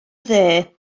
dde